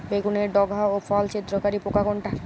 বেগুনের ডগা ও ফল ছিদ্রকারী পোকা কোনটা?